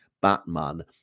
Batman